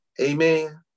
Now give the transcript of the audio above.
Amen